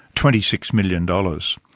twenty six million dollars,